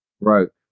broke